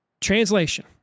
Translation